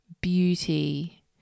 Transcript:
beauty